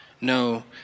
No